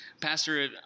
pastor